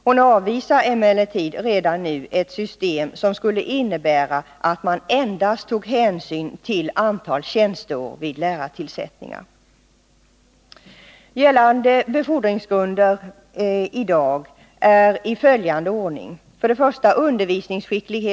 Hon avvisar emellertid redan nu ett system som skulle innebära att man endast tog hänsyn till antalet tjänsteår vid lärartillsättningar.